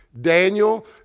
Daniel